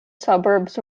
suburbs